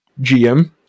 GM